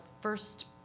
first